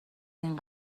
این